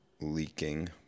leaking